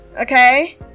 okay